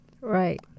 Right